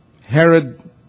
Herod